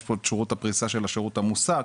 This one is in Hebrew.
יש פה את שירות הפריסה של השירות המוסק.